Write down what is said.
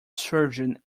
surgeon